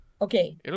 Okay